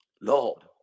Lord